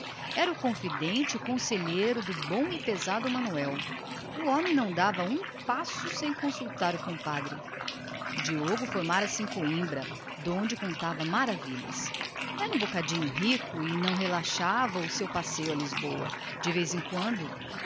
era o confidente e o conselheiro do bom e pesado manuel este não dava um passo sem consultar o compadre formara se em coimbra donde contava maravilhas um bocadinho rico e não relaxava o seu passeio a lisboa de vez em quando